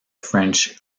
french